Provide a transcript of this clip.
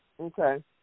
Okay